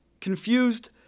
confused